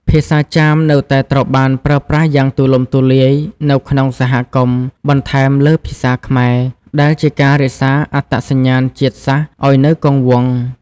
ភាសាចាមនៅតែត្រូវបានប្រើប្រាស់យ៉ាងទូលំទូលាយនៅក្នុងសហគមន៍ បន្ថែមលើភាសាខ្មែរ ដែលជាការរក្សាអត្តសញ្ញាណជាតិសាសន៍ឱ្យនៅគង់វង្ស។